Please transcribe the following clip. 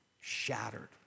shattered